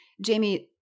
Jamie